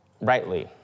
rightly